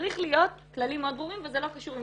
צריכים להיות כללים מאוד ברורים וזה לא קשור אם